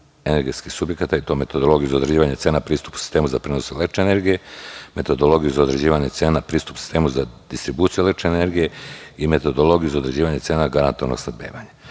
energetskih subjekata, i to metodologiju za određivanje cena pristup sistemu za prenos električne energije, metodologiju za određivanje cena pristup sistemu za distribuciju električne energije i metodologiju za određivanje cena garantnog snabdevanja.